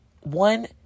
One